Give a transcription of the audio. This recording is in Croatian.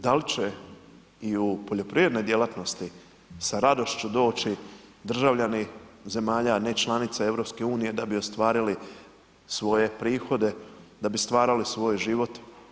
Dal će i u poljoprivrednoj djelatnosti sa radošću doći državljani zemalja ne članica EU da bi ostvarili svoje prihode, da bi stvarali svoj život?